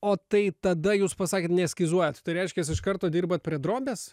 o tai tada jūs pasakėt neeskizuojat tai reiškias iš karto dirbat prie drobės